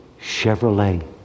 Chevrolet